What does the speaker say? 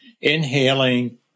inhaling